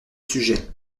sujet